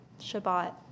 Shabbat